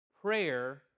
Prayer